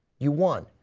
you won.